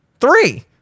Three